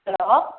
hello